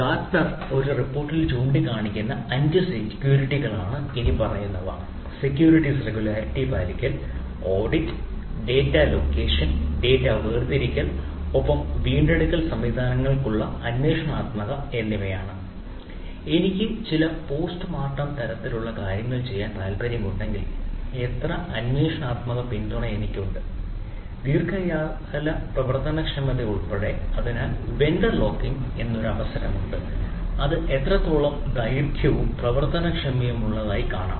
Gartner ഒരു അവസരമുണ്ട് അത് എത്രത്തോളം ദൈർഘ്യവും പ്രവർത്തനക്ഷമതയും ഉള്ളതായി കാണും